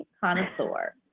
connoisseur